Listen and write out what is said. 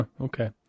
Okay